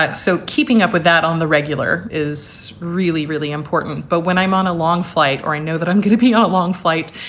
so keeping up with that on the regular is really, really important. but when i'm on a long flight or i know that i'm going to be on a long flight,